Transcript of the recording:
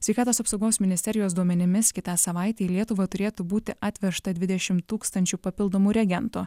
sveikatos apsaugos ministerijos duomenimis kitą savaitę į lietuvą turėtų būti atvežta dvidešimt tūkstančių papildomų reagentų